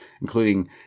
including